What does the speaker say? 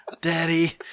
Daddy